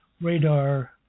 radar